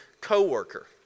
co-worker